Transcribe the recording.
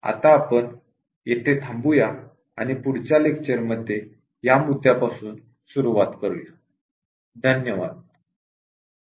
आता येथे आपण थांबूया आणि पुढच्या व्याखानामध्ये या मुद्दयांपासून सुरुवात करूयात